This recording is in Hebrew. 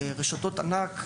רשתות ענק,